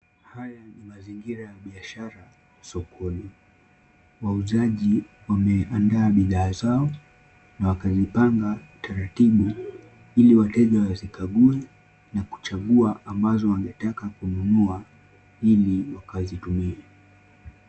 Haya ni mazingira ya biashara sokoni. Wauzaji wameandaa bidhaa zao na wakazipanga taratibu ili wateja wazikague na kuchagua ambazo wangetaka kununua ili wakazitumie.